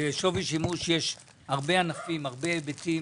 לשווי שימוש יש הרבה ענפים, הרבה היבטים